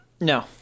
No